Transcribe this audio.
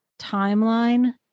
timeline